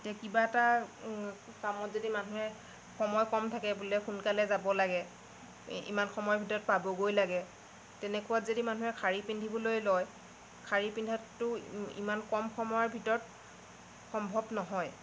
এতিয়া কিবা এটা কামত যদি মানুহে সময় কম থাকে বোলে সোনকালে যাব লাগে এই ইমান সময় ভিতৰত পাবগৈ লাগে তেনেকুৱাত যদি মানুহে শাৰী পিন্ধিবলৈ লয় শাৰী পিন্ধাটো ইমান কম সময়ৰ ভিতৰত সম্ভৱ নহয়